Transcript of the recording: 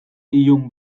ilun